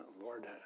Lord